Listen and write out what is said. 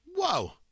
Whoa